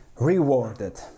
rewarded